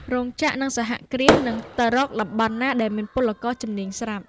រោងចក្រ និងសហគ្រាសនឹងទៅរកតំបន់ណាដែលមានពលករជំនាញស្រាប់។